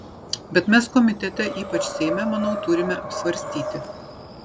bet mes komitete ypač seime manau turime apsvarstyti